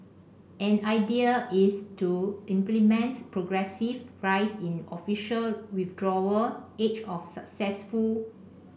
an idea is to implement progressive rise in official withdrawal age of successful